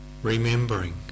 Remembering